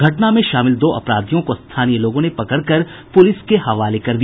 घटना में शामिल दो अपराधियों को स्थानीय लोगों ने पकड़कर पुलिस के हवाले कर दिया